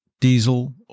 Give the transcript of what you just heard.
diesel